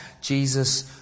Jesus